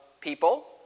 people